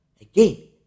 Again